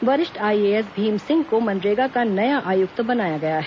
वरिष्ठ आईएएस भीम सिंह को मनरेगा का नया आयुक्त बनाया गया है